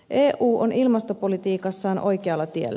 eu on ilmastopolitiikassaan oikealla tiellä